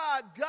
God